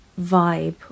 vibe